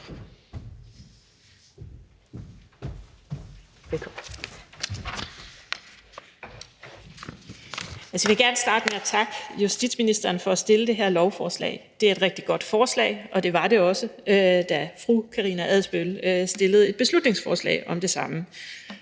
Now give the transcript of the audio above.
Jeg vil gerne starte med at takke justitsministeren for at fremsætte det her lovforslag. Det er et rigtig godt forslag, og det var det også, da fru Karina Adsbøl fremsatte et beslutningsforslag om det samme.